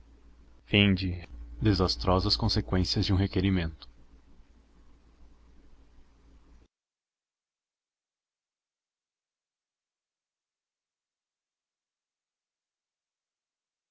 piano gemia desastrosas conseqüências de um requerimento os